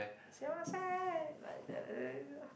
sumimasen like that